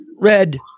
Red